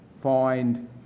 Find